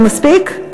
זה מספיק?